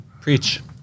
Preach